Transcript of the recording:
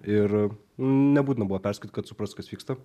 ir nebūtina buvo perskaityt kad suprast kas vyksta